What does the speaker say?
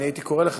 הייתי קורא לך,